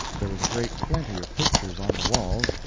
there was a great plenty of pictures on the walls,